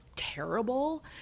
Terrible